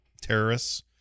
terrorists